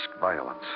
violence